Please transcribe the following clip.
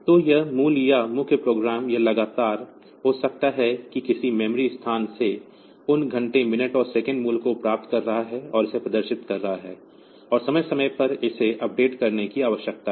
तो यह मूल या मुख्य प्रोग्राम यह लगातार हो सकता है कि किसी मेमोरी स्थान से उन घंटे मिनट और सेकंड मूल्यों को प्राप्त कर रहा है और इसे प्रदर्शित कर रहा है और समय समय पर इसे अपडेट करने की आवश्यकता है